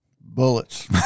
Bullets